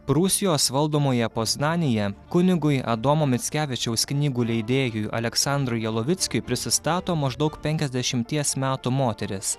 prūsijos valdomoje poznanėje kunigui adomo mickevičiaus knygų leidėjui aleksandrui jalovickiui prisistato maždaug penkiasdešimties metų moteris